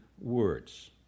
words